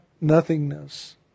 nothingness